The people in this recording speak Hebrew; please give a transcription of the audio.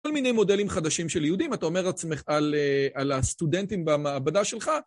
כל מיני מודלים חדשים של יהודים, אתה אומר עצמך, על הסטודנטים במעבדה שלך?